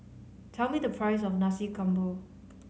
tell me the price of Nasi Campur